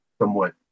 somewhat